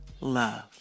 love